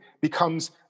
becomes